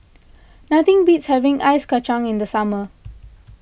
nothing beats having Ice Kachang in the summer